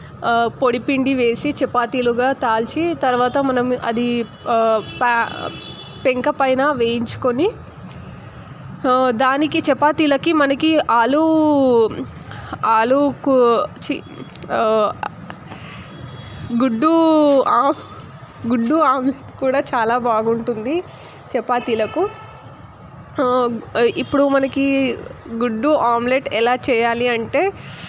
పొడి పిండి వేసి చపాతీలుగా కాల్చి తర్వాత మనం అది పై పెంక పైన వేయించుకొని దానికి చపాతీలకి మనకి ఆలు ఆలు కూ ఛీ గుడ్డు ఆమ్ గుడ్డు ఆమ్లేట్ కూడా చాలా బాగుంటుంది చపాతీలకు ఇప్పుడు మనకి గుడ్డు ఆమ్లెట్ ఎలా చేయాలి అంటే